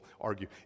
argue